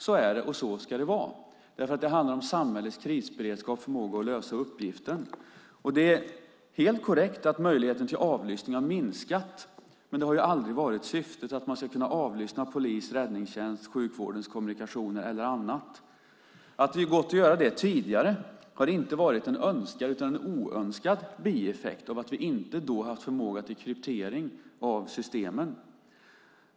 Så är det, och så ska det vara, för det handlar om samhällets krisberedskap och förmåga att lösa uppgiften. Det är helt korrekt att möjligheten till avlyssning har minskat, men det har aldrig varit syftet att man ska kunna avlyssna polis, räddningstjänst, sjukvårdens kommunikationer eller annat. Att det har gått att göra det tidigare har inte varit en önskan utan en oönskad bieffekt av att vi inte haft förmåga till kryptering av systemen.